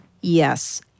yes